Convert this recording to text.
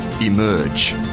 emerge